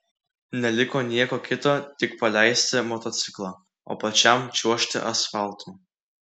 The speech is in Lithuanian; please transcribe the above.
neliko nieko kito tik paleisti motociklą o pačiam čiuožti asfaltu